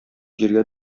җиргә